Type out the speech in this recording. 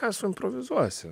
ką suimprovizuosi